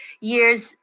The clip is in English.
years